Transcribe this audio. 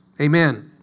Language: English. amen